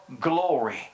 glory